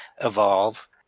evolve